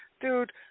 dude